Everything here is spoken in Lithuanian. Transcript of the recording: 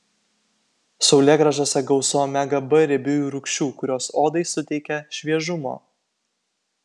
saulėgrąžose gausu omega b riebiųjų rūgščių kurios odai suteikia šviežumo